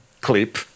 clip